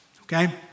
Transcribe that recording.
Okay